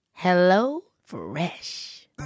HelloFresh